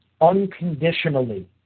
Unconditionally